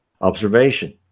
Observation